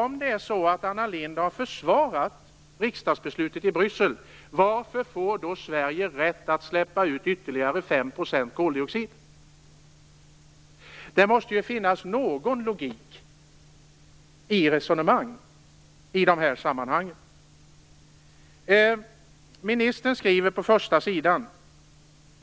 Om det är så att Anna Lindh har försvarat riksdagsbeslutet, varför får då Sverige rätt att släppa ut ytterligare 5 % koldioxid? Det måste ju finnas någon logik i resonemanget i de här sammanhangen. Ministern skriver på första sidan att